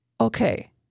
Okay